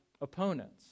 opponents